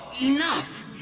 enough